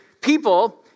people